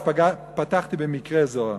אז פתחתי במקרה זוהר.